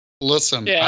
listen